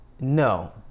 No